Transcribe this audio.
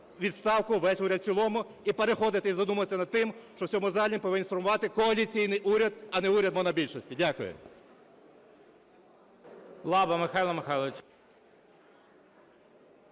весь уряд в цілому. І переходити, і задуматись над тим, що в цьому залі повинні сформувати коаліційний уряд, а не уряд монобільшості. Дякую.